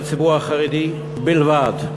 בציבור החרדי בלבד?